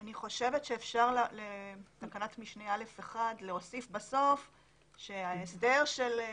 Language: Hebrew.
אני חושבת שאפשר בתקנת משנה (א1) להוסיף בסוף שההסדר של 7ב,